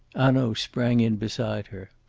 hanaud sprang in beside her.